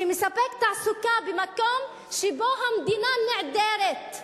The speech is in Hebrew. שמספק תעסוקה במקום שבו המדינה נעדרת.